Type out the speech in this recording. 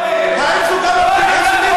האם זו גם המדינה שלי,